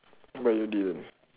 but you didn't